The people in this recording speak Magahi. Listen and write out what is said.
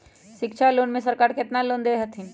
शिक्षा लोन में सरकार केतना लोन दे हथिन?